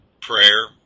prayer